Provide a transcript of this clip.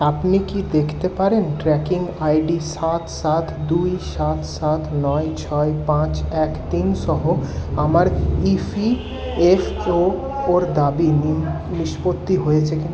আপনি কি দেখতে পারেন ট্র্যাকিং আইডি সাত সাত দুই সাত সাত নয় ছয় পাঁচ এক তিন সহ আমার ইপিএফও ওর দাবি নিষ্পত্তি হয়েছে কি না